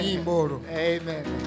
Amen